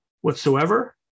whatsoever